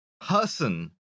Person